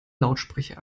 lautsprecher